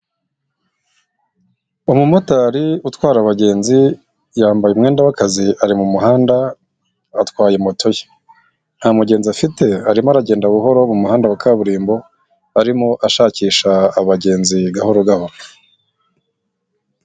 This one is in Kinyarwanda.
Umumotari utwara abagenzi yambaye umwenda w'akazi ari mu muhanda atwaye moto ye, nta mugenzi afite arimo aragenda buhoro mu muhanda wa kaburimbo arimo ashakisha abagenzi gahoro gahoro.